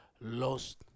lost